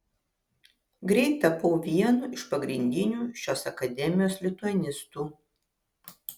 greit tapau vienu iš pagrindinių šios akademijos lituanistų